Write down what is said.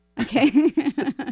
Okay